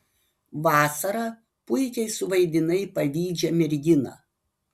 vasara puikiai suvaidinai pavydžią merginą